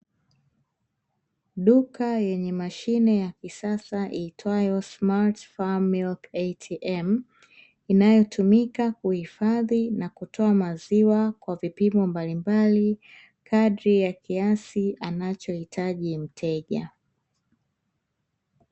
Duka yenye mashine ya kisasa iitwayo "SMART FARM MILK ATM", inayotumika kuhifadhi na kutoa maziwa kwa vipimo mbalimbali, kadiri ya kiasi anachohitaji mteja.